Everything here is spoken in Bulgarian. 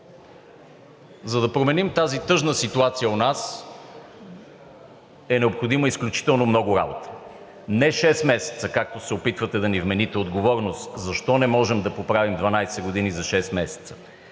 За да променим тази тъжна ситуация у нас, е необходима изключително много работа – не шест месеца, както се опитвате да ни вмените отговорност защо не можем да поправим 12 години за шест месеца